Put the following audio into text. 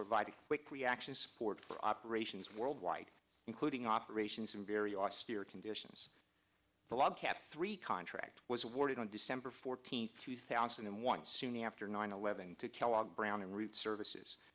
provided a quick reactions forward for operations worldwide including operations in very austere conditions the log cabin three contract was awarded on december fourteenth two thousand and one soon after nine eleven to kellogg brown and root services